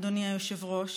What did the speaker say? אדוני היושב-ראש,